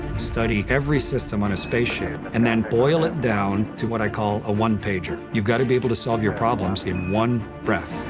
study every system on a spaceship and then boil it down to what i call a one pager. you've got to be able to solve your problems in one breath.